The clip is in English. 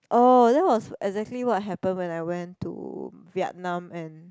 oh that was exactly what happen when I went to Vietnam and